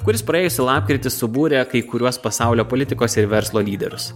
kuris praėjusį lapkritį subūrė kai kuriuos pasaulio politikos ir verslo lyderius